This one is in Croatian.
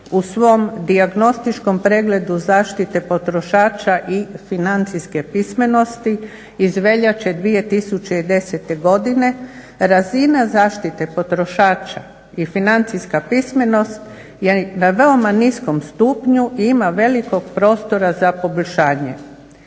u svom dijagnostičkom pregledu zaštite potrošača i financijske pismenosti iz veljače 2010. godine razina zaštite potrošača i financijska pismenost je na veoma niskom stupnju i ima velikog prostora za poboljšanje.